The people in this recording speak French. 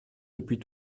depuis